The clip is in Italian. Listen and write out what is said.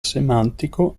semantico